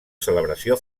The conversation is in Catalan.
celebració